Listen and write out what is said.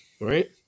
right